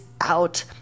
Out